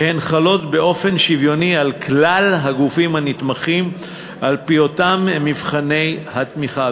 והן חלות באופן שוויוני על כלל הגופים הנתמכים על-פי אותם מבחני התמיכה.